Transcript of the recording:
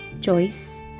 choice